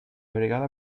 brigada